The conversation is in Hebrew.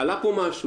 עלה פה משהו,